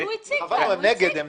הם נגד, הם